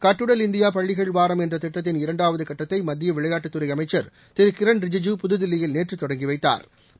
கட்டுடல் இந்தியா பள்ளிகள் வாரம் என்ற திட்டத்தின் இரண்டாவது கட்டத்தை மத்திய விளையாட்டுத்துறை அமைச்சா் திரு கிரண் ரிஜுஜு புதுதில்லியில் நேற்று தொடங்கிவைத்தாா்